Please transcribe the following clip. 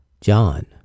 John